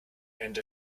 and